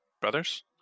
brothers